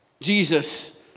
Jesus